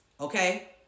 Okay